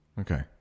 okay